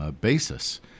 basis